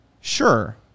sure